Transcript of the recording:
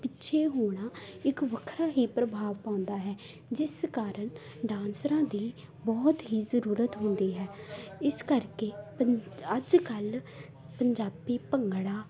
ਪਿੱਛੇ ਹੋਣਾ ਇੱਕ ਵੱਖਰਾ ਹੀ ਪ੍ਰਭਾਵ ਪਾਉਂਦਾ ਹੈ ਜਿਸ ਕਾਰਨ ਡਾਂਸਰਾਂ ਦੀ ਬਹੁਤ ਹੀ ਜ਼ਰੂਰਤ ਹੁੰਦੀ ਹੈ ਇਸ ਕਰਕੇ ਪੰਜ ਅੱਜ ਕੱਲ੍ਹ ਪੰਜਾਬੀ ਭੰਗੜਾ